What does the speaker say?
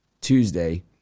Tuesday